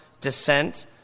descent